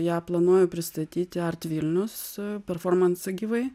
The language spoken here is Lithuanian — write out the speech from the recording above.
ją planuoju pristatyti art vilnius performansą gyvai